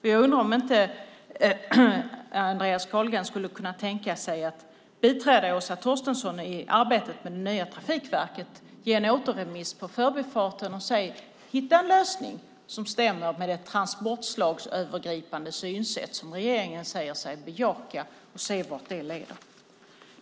Jag undrar om inte Andreas Carlgren skulle kunna tänka sig att biträda Åsa Torstensson i arbetet med det nya Trafikverket, ge en återremiss på förbifarten och säga: Hitta en lösning som stämmer med det transportslagsövergripande synsätt som regeringen säger sig bejaka och se vart det leder.